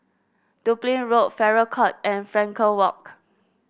Dublin Road Farrer Court and Frankel Walk